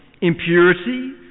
impurity